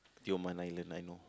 Tioman Island I know